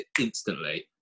instantly